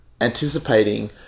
anticipating